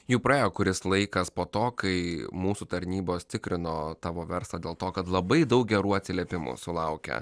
jau praėjo kuris laikas po to kai mūsų tarnybos tikrino tavo verslą dėl to kad labai daug gerų atsiliepimų sulaukia